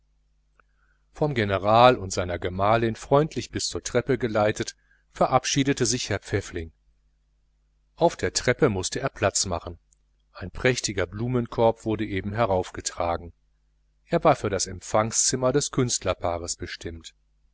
vom general und seiner gemahlin freundlich bis zur treppe geleitet verabschiedete sich herr pfäffling auf der treppe mußte er platz machen ein prächtiger blumenkorb wurde eben herauf getragen er war für das empfangszimmer des künstlerpaares bestimmt